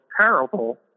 terrible